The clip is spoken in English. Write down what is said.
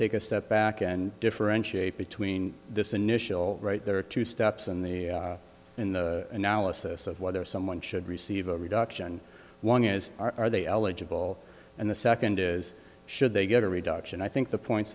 take a step back and differentiate between this initial right there are two steps in the analysis of whether someone should receive a reduction one is are they eligible and the second is should they get a reduction i think the point